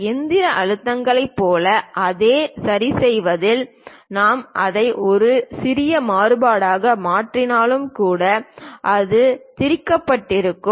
இயந்திர அழுத்தங்களைப் போல அதை சரிசெய்வதில் நாம் அதை ஒரு சிறிய மாறுபாடாக மாற்றினாலும் கூட அது திரிக்கப்பட்டிருக்கலாம்